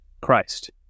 christ